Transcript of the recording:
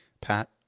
Pat